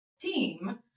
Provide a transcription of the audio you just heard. team